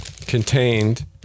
contained